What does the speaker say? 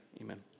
Amen